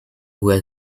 who